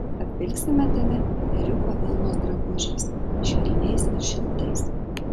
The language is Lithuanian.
apvilksime tave ėriuko vilnos drabužiais švelniais ir šiltais